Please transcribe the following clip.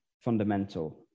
fundamental